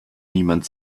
niemand